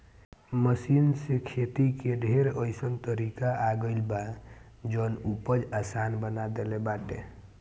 machine से खेती के ढेर अइसन तरीका आ गइल बा जवन उपज आसान बना देले बाटे